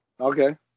Okay